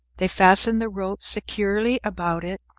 they fasten the rope securely about it,